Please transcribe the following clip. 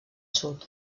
sud